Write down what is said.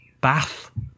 bath